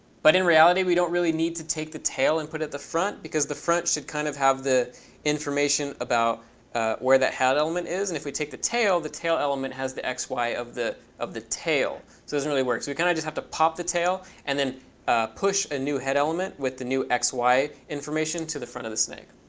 but in reality, we don't really need to take the tail and put at the front, because the front should kind of have the information about where that head element is. and if we take the tail, the tail element has the x, y of the of the tail. so it doesn't really work. so we kind of just have to pop the tail and then push a new head element with the new x, y information to the front of the snake,